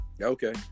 Okay